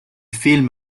film